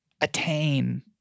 attain